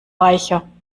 reicher